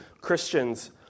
Christians